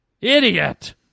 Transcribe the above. Idiot